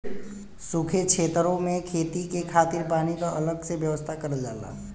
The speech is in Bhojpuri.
सूखे छेतरो में खेती के खातिर पानी क अलग से व्यवस्था करल जाला